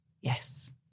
Yes